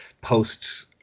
post